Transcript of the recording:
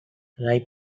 ripe